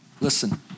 listen